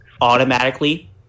automatically